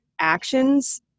actions